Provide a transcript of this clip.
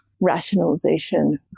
rationalization